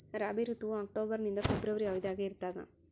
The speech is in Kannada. ರಾಬಿ ಋತುವು ಅಕ್ಟೋಬರ್ ನಿಂದ ಫೆಬ್ರವರಿ ಅವಧಿಯಾಗ ಇರ್ತದ